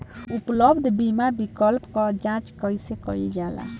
उपलब्ध बीमा विकल्प क जांच कैसे कइल जाला?